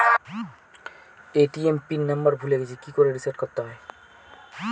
ATM pin number ভুলে গেছি কি করে রিসেট করতে হয়?